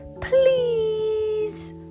Please